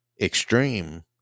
extreme